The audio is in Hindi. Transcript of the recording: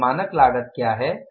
तो अब मानक लागत क्या है